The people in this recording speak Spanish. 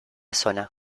zona